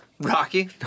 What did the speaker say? Rocky